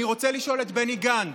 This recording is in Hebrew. אני רוצה לשאול את בני גנץ,